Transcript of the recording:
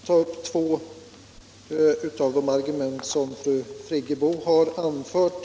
Herr talman! Jag skall ta upp två av de argument som fru Friggebo har anfört.